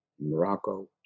Morocco